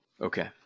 Okay